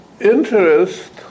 interest